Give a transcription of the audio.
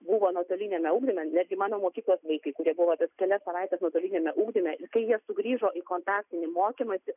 buvo nuotoliniame ugdyme netgi mano mokyklos vaikai kurie buvo tas kelias savaites nuotoliniame ugdyme ir kai jie sugrįžo į kontaktinį mokymąsi